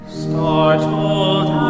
Startled